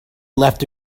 left